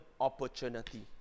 opportunity